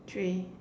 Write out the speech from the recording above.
three